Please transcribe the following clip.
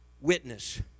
witness